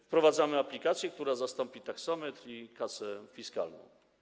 Wprowadzamy aplikację, która zastąpi taksometr i kasę fiskalną.